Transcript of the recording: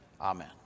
amen